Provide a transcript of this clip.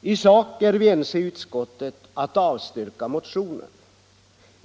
I sak är vi i utskottet ense om att avstyrka motionen.